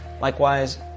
Likewise